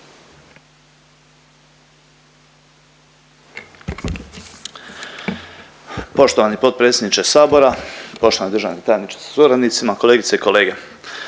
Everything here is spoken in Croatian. Poštovani potpredsjedniče Hrvatskog sabora, poštovani državni tajniče sa suradnicom, kolegice i kolege